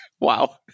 Wow